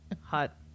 Hot